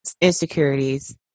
insecurities